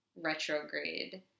retrograde